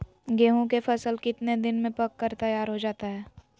गेंहू के फसल कितने दिन में पक कर तैयार हो जाता है